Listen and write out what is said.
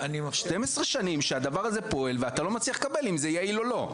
12 שנים שהדבר הזה פועל ואתה לא מצליח לקבל אם זה יעיל או לא.